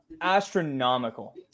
astronomical